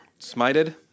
Smited